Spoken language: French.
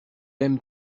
aime